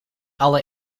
alle